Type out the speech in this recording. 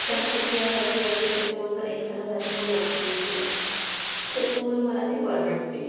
शस्त्रक्रियासाठी असते त्याच्याबरोबर एक्सरासाठी पण आपल्या तिथे त्याच्यामुळे मला ते परवडते